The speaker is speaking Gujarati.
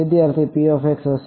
વિદ્યાર્થી હશે